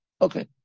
Okay